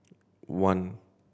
one